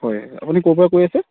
হয় আপুনি ক'ৰ পৰা কৈ আছে